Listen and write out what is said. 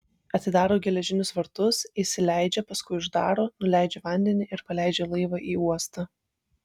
atidaro geležinius vartus įsileidžia paskui uždaro nuleidžia vandenį ir paleidžia laivą į uostą